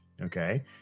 okay